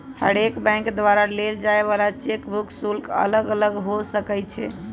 हरेक बैंक द्वारा लेल जाय वला चेक बुक शुल्क अलग अलग हो सकइ छै